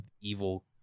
evil